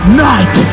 night